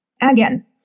Again